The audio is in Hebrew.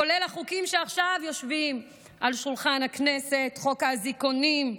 כולל החוקים שעכשיו יושבים על שולחן הכנסת: חוק האזיקונים,